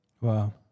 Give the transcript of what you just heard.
Wow